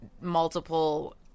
multiple